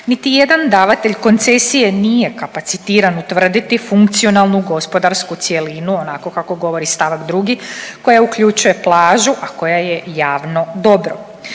Niti jedan davatelj koncesije nije kapacitiran utvrditi funkcionalnu gospodarsku cjelinu onako kako govori stavak 2. koja uključuje plažu, a koja je javno dobro.